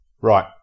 Right